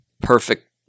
perfect